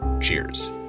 Cheers